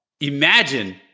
Imagine